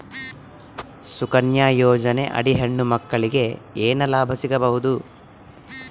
ಸುಕನ್ಯಾ ಯೋಜನೆ ಅಡಿ ಹೆಣ್ಣು ಮಕ್ಕಳಿಗೆ ಏನ ಲಾಭ ಸಿಗಬಹುದು?